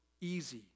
easy